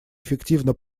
эффективно